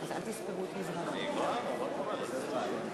בינתיים, הודעה למזכירת